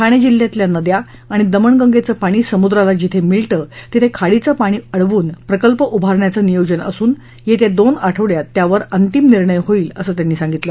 ठाणे जिल्ह्यातल्या नद्या आणि दमणगंगेचं पाणी समुद्राला जिथं मिळतं तिथं खाडीचं पाणी अडवून प्रकल्प उभारण्याचं नियोजन असून येत्या दोन आठवङ्यात त्यावर अंतिम निर्णय होईल असं त्यांनी सांगितलं